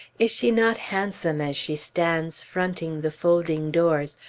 is she not handsome as she stands fronting the folding doors,